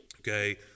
okay